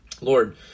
Lord